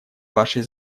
вашей